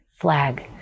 flag